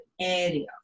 area